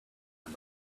and